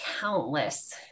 countless